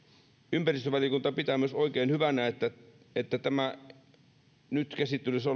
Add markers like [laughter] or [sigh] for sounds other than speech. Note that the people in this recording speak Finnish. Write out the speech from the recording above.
ympäristövaliokunta pitää myös oikein hyvänä että että nyt käsittelyssä [unintelligible]